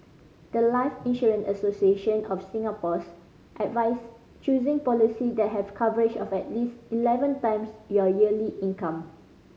the life Insurance Association of Singapore's advise choosing policy that have coverage of at least eleven times your yearly income